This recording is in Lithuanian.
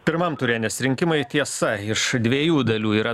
pirmam ture nes rinkimai tiesa iš dviejų dalių yra